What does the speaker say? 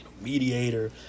mediator